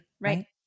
Right